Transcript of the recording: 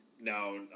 Now